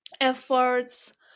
efforts